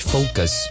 Focus